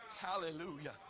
hallelujah